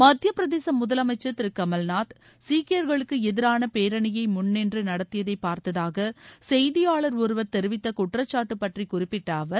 மத்தியபிரதேச முதலமைச்சர் திரு கமல்நாத் சீக்கியர்களுக்கு எதிரான பேரணியை முன்நின்று நடத்தியதை பார்த்ததாக செய்தியாளர் ஒருவர் தெரிவித்த குற்றச்சாட்டு பற்றி குறிப்பிட்ட அவர்